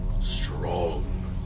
strong